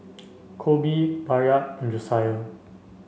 Colby Bayard and Josiah